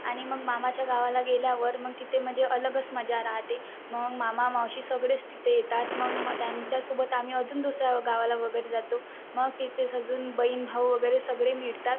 आणि मग मामाच्या गावाला गेल्यावर मग तिथे म्हणजे अलगच मजा राहते मग मामा मावशी सगळेच तिथे येतात मग मग त्यांच्यासोबत आम्ही अजून दुसऱ्या गावाला वगैरे जातो मग तिथेच अजून बहीण भाऊ वगैरे सगळे मिळतात